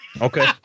Okay